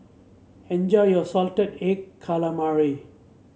enjoy your Salted Egg Calamari